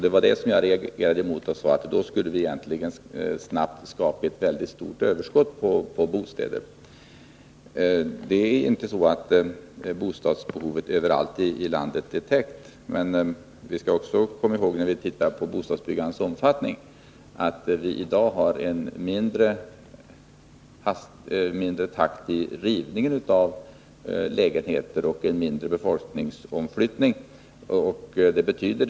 Det var det jag reagerade mot, och jag sade att vi då mycket snabbt skulle skapa ett stort överskott på bostäder. Bostadsbehovet är inte täckt överallt i landet, men när vi ser på bostadsbyggandets omfattning skall vi också komma ihåg att takten i rivningen av lägenheter liksom omfattningen av befolkningsomflyttningen är lägre än tidigare.